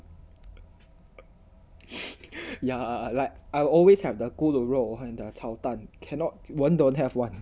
ya like I'll always have the 咕噜肉 and the 炒蛋 cannot don't have [one]